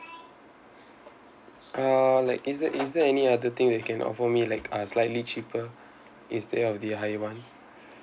uh like is there is there any other thing that you can offer me like uh slightly cheaper instead of the higher one